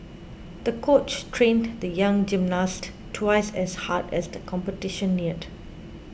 the coach trained the young gymnast twice as hard as the competition neared